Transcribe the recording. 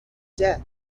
death